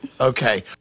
Okay